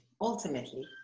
Ultimately